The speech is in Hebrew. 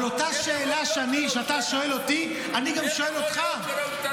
אבל אותה שאלה שאתה שואל אותי גם אני שואל אותך.